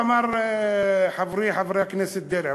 אמר חברי חבר הכנסת דרעי,